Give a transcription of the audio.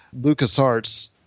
LucasArts